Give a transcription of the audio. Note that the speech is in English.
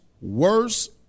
worse